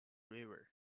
river